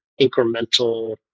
incremental